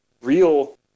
real